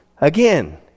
Again